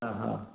ആഹ് ഹാ